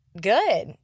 good